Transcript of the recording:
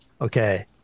okay